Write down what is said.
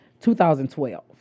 2012